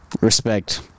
Respect